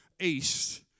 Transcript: east